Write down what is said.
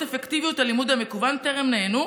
האפקטיביות של הלימוד המקוון טרם נענו,